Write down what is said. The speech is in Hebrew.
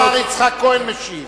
השר יצחק כהן משיב.